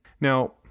Now